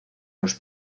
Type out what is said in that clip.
los